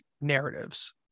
narratives